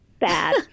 bad